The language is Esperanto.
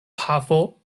pafo